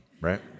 right